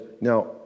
now